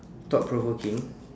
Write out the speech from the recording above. thought-provoking